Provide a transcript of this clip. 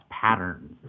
patterns